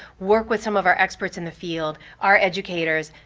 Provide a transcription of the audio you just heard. work with some of our experts in the field, our educators,